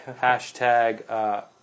hashtag